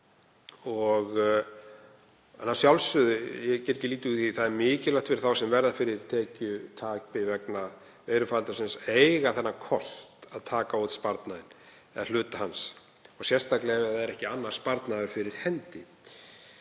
Að sjálfsögðu, ég geri ekki lítið úr því, er mikilvægt fyrir þá sem verða fyrir tekjutapi vegna veirufaraldursins að eiga þann kost að taka út sparnaðinn eða hluta hans, sérstaklega ef ekki er annar sparnaður fyrir hendi.